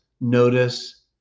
notice